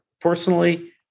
personally